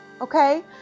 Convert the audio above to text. okay